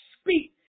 speak